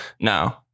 no